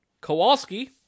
Kowalski